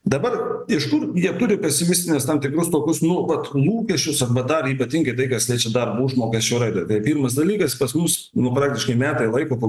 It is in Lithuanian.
dabar iš kur jie turi pesimistinius tam tikrus tokius nu vat lūkesčius arba dar ypatingai tai kas liečia darbo užmokesčio raidą tai pirmas dalykas pas mus nu praktiškai metai laiko kol